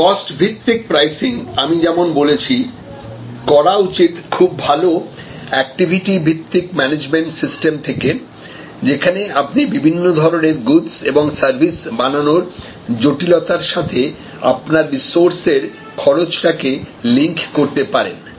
cost ভিত্তিক প্রাইসিংআমি যেমন বলেছি করা উচিত খুব ভালো অ্যাক্টিভিটি ভিত্তিক ম্যানেজমেন্ট সিস্টেম থেকে যেখানে আপনি বিভিন্ন ধরনের গুডস এবং সার্ভিস বানানোর জটিলতার সাথে আপনার রিসোর্স এর খরচা টা কে লিঙ্ক করতে পারেন